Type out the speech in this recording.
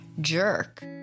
jerk